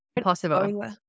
possible